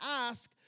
ask